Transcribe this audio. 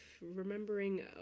remembering